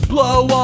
Blow